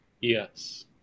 Yes